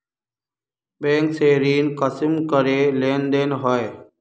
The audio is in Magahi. बैंक से ऋण कुंसम करे लेन देन होए?